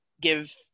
give